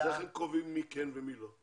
איך הם קובעים מי כן ומי לא?